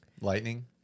Lightning